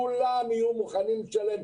כולם יהיו מוכנים לשלם,